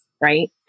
right